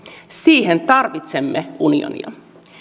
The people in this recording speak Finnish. siihen tarvitsemme unionia